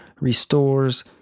restores